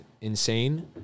insane